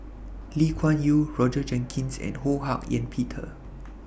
Lee Kuan Yew Roger Jenkins and Ho Hak Ean Peter